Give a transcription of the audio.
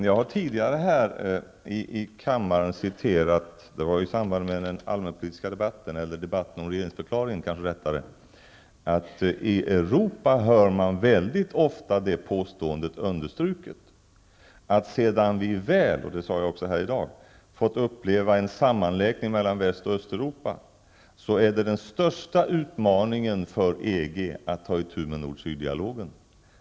Jag har tidigare här i kammaren sagt, det var i samband med debatten om regeringsförklaringen, att man i Europa mycket ofta hör det påståendet understruket att sedan vi väl -- och det sade jag också här i dag -- fått uppleva en sammanlänkning mellan Öst och Västeuropa är det den första utmaningen för EG att ta itu med nord-- syd-dialogen.